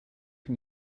can